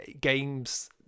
games